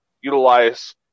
utilize